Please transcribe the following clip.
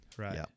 Right